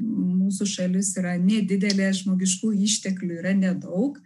mūsų šalis yra nedidelė žmogiškųjų išteklių yra nedaug